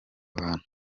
abantu